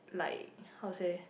like how to say